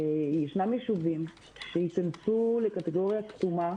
ישנם יישובים שייכנסו לקטגוריה כתומה,